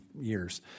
years